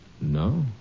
no